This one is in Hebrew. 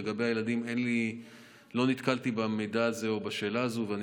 לגבי הילדים, לא נתקלתי במידע הזה או בשאלה הזאת.